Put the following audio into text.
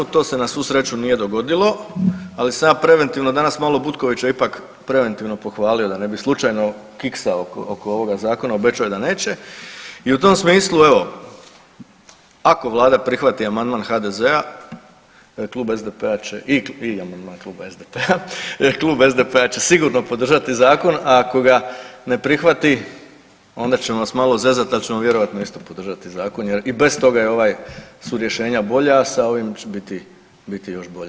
To se na svu sreću nije dogodilo, ali sam ja preventivno danas malo Butkovića ipak preventivno pohvalio da ne bi slučajno kiksao oko ovo zakona, obećao je da neće i u tom smislu evo ako vlada prihvati amandman HDZ, Klub SDP-a će i amandman Kluba SDP-a jer Klub SDP-a će sigurno podržati zakon, a ako ga ne prihvati onda ćemo vas malo zezati ali ćemo vjerojatno isto podržati zakon jer i bez toga je ovaj su rješenja bolja, a sa ovim će biti još bolja.